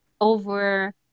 over